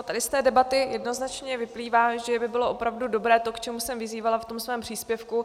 Tady z té debaty jednoznačně vyplývá, že by bylo opravdu dobré to, k čemu jsem vyzývala ve svém příspěvku.